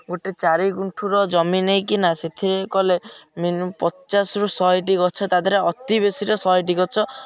ଗୋଟେ ଚାରି ଗୁଣ୍ଠର ଜମି ନେଇକିନା ସେଥିରେ କଲେ ମିନି ପଚାଶରୁ ଶହେଟି ଗଛ ତାଦେହରେ ଅତି ବେଶୀର ଶହେଟି ଗଛ